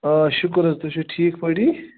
آ شُکُر حظ تُہۍ چھو ٹھیٖک پٲٹھۍ